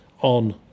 on